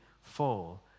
fall